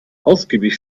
ausgiebig